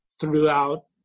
throughout